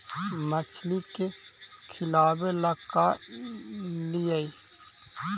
मछली के खिलाबे ल का लिअइ?